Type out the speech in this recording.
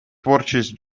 творчість